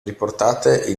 riportate